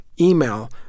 email